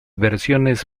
versiones